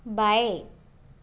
बाएँ